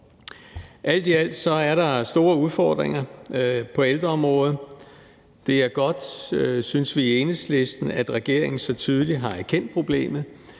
Alt i alt er der store udfordringer på ældreområdet. Det er godt, synes vi i Enhedslisten, at regeringen så tydeligt har erkendt problemet,